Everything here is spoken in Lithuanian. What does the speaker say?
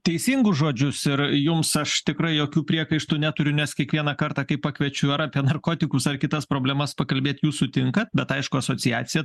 teisingus žodžius ir jums aš tikrai jokių priekaištų neturiu nes kiekvieną kartą kai pakviečiu ar apie narkotikus ar kitas problemas pakalbėt jūs sutinkat bet aišku asociaciją